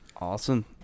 Awesome